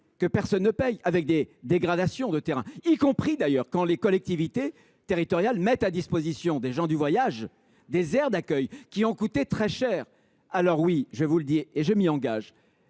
que personne paie la consommation, les dégradations de terrain, y compris d’ailleurs quand les collectivités territoriales mettent à disposition des gens du voyage des aires d’accueil, qui ont coûté très cher. Alors oui, je vous le dis et j’assume,